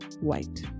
white